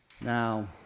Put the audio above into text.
Now